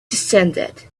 descended